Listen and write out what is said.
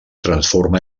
transforma